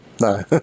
no